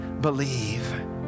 believe